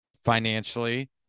financially